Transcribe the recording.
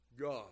God